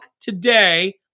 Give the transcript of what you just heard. today